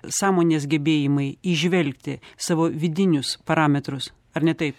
sąmonės gebėjimai įžvelgti savo vidinius parametrus ar ne taip